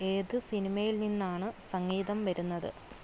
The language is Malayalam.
ഏത് സിനിമയിൽ നിന്നാണ് സംഗീതം വരുന്നത്